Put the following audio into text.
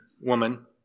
woman